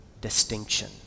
distinction